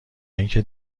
اینکه